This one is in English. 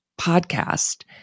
podcast